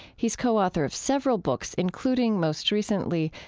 he's co-author of several books including, most recently,